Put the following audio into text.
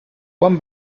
one